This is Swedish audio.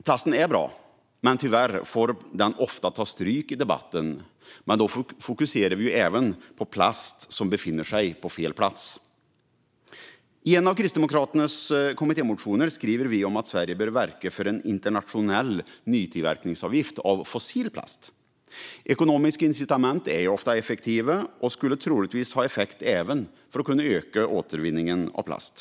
Plasten är bra, men tyvärr får den ofta ta stryk i debatten. Då fokuserar vi på plast som befinner sig på fel plats. I en av Kristdemokraternas kommittémotioner skriver vi att Sverige bör verka för en internationell nytillverkningsavgift på fossil plast. Ekonomiska incitament är ofta effektiva och skulle troligtvis ha effekt även för att öka återvinningen av plast.